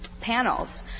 Panels